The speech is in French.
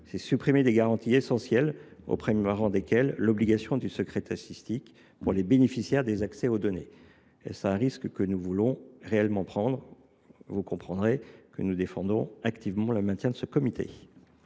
aussi supprimer des garanties essentielles, au premier rang desquelles l’obligation du secret statistique pour les bénéficiaires d’accès aux données. Est ce un risque que nous voulons réellement prendre ? Pour ces raisons, nous défendons activement le maintien de ce comité.